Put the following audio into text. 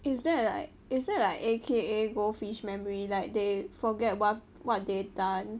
is there like is there like a K a goldfish memory like they forget what what they've done